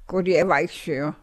kur jie vaikščiojo